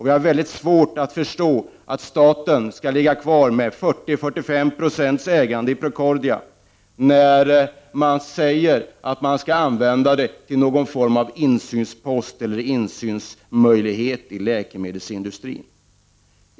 Vi har väldigt svårt att förstå att staten skall ligga kvar med 40 å 45 20 ägande i Procordia med motiveringen att det skall ge möjligheter till insyn i läkemedelsindustrin.